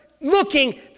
looking